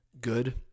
good